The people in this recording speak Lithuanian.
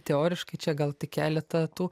teoriškai čia gal tik keleta tų